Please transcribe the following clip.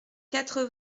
quatre